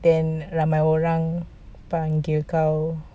then ramai orang panggil kau